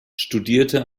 studierte